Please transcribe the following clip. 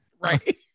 Right